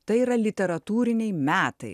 tai yra literatūriniai metai